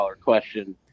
question